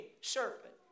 serpent